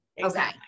Okay